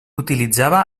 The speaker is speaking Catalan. utilitzava